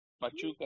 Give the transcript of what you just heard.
Pachuca